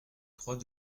trois